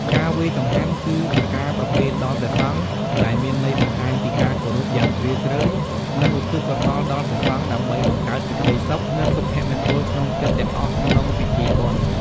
ការវេរចង្ហាន់ គឺជាការប្រគេនដល់ព្រសង្ឃ ដែលមានន័យបង្ហាញពីការគោរពយ៉ាងជ្រាលជ្រៅ និងឧទ្ទិសកុសលដល់ព្រះសង្ឃ ដើម្បីបង្កើតសេចក្ដីសុខ និងសុភមង្គលក្នុងចិត្តទាំងអស់ក្នុងពិធីបុណ្យ។